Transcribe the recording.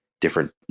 different